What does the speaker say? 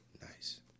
Nice